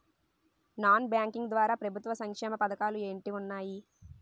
Non banking ద్వారా ప్రభుత్వ సంక్షేమ పథకాలు ఏంటి ఉన్నాయి?